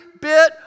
bit